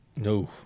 No